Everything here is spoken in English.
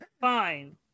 Fine